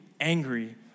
angry